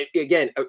Again